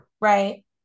Right